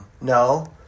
No